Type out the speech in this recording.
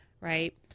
right